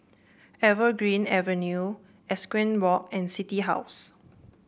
Evergreen Avenue Equestrian Walk and City House